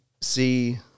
see